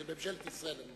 עמדת ממשלת ישראל.